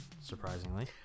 surprisingly